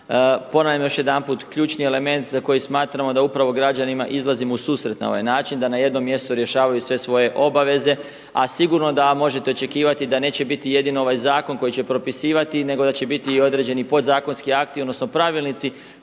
Ponavljam još jedanput, ključni element za koji smatramo da upravo građanima izlazimo u susret na ovaj način, da na jednom mjestu rješavaju sve svoje obaveze a sigurno da možete očekivati da neće biti jedino ovaj zakon koji će propisivati nego da će biti i određeni podzakonski akti odnosno pravilnici